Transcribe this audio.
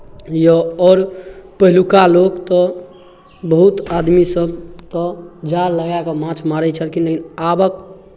यए आओर पहिलुका लोक तऽ बहुत आदमी सभ तऽ जाल लगाए कऽ माछ मारै छलखिन लेकिन आबक